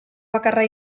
bakarra